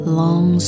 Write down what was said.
long